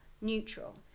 neutral